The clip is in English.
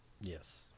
Yes